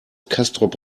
castrop